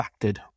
factored